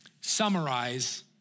summarize